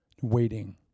waiting